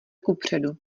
kupředu